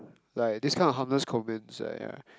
like these kinds of harmless comments I uh